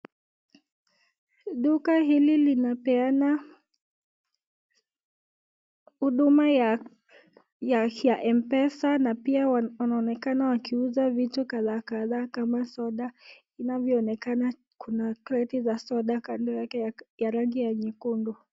Duka hili linapeana huduma ya mpesa, na pia wanaonekana wakiuza vitu kadhaa, kama soda inavyoonekana kuna kreti za soda, kando yake ya rangi ya nyekundu.